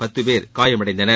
பத்து பேர் காயமடைந்தனர்